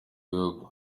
bihugu